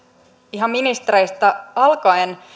ihan ministereistä alkaen